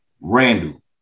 Randall